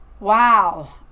wow